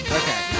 okay